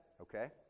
okay